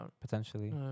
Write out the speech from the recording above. potentially